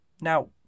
Now